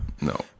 No